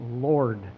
Lord